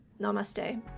Namaste